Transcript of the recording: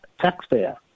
taxpayer